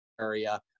area